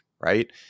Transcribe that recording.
right